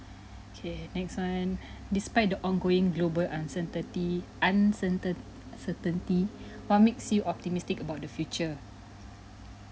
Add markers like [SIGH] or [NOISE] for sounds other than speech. okay next one [BREATH] despite the ongoing global uncertainty uncertain certainty [BREATH] what makes you optimistic about the future